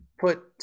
put